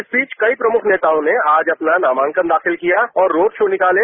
इस बीच कई प्रमुख नेताओं ने आज नामांकन दाखिल किया और रोड राो निकाले